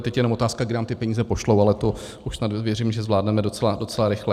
Teď je jenom otázka, kdy nám ty peníze pošlou, ale to už snad, věřím, zvládneme docela, docela rychle.